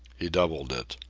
he doubled it.